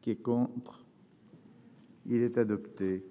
Qui est contre. Il est adopté,